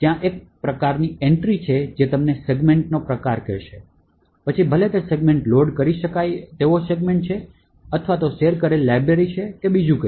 ત્યાં એક પ્રકારની એન્ટ્રી છે જે તમને તે સેગમેન્ટનો પ્રકાર કહે છે પછી ભલે તે સેગમેન્ટ લોડ કરી શકાય તેવો સેગમેન્ટ છે અથવા શેર કરેલી લાઇબ્રેરી છે અને તેથી વધુ